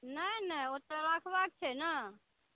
नहि नहि ओतऽ राखबाक छै ने